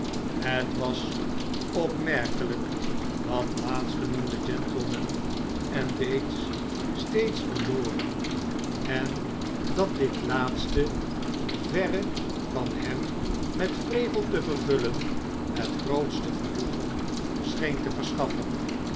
het was opmerkelijk dat laatstgei noemde gentleman en bates steeds verloren en dat dit den laatste verre van hem met wrevel te vervullen het grootste genoegen scheen te verschaffen